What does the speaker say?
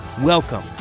Welcome